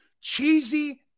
Cheesy